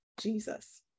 Jesus